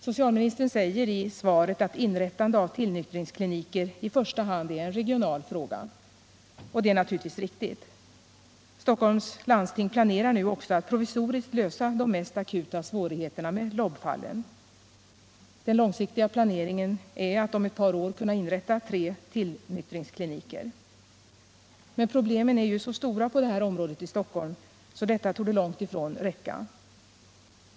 Socialministern säger i svaret att inrättande av tillnyktringskliniker i första hand är en regional fråga, och det är naturligtvis riktigt. Stockholms läns landsting planerar nu också att provisoriskt lösa de mest akuta svårigheterna med LOB-fallen. Den långsiktiga planeringen är att om ett par år kunna inrätta tre tillnyktringskliniker. Men problemen är ju så stora på det här området i Stockholm att detta torde långtifrån räcka.